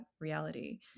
reality